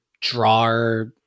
drawer